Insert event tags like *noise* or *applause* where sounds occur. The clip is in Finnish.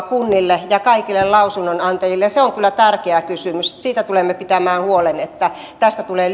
*unintelligible* kunnille ja kaikille lausunnonantajille ja se on kyllä tärkeä kysymys siitä tulemme pitämään huolen että tästä tulee *unintelligible*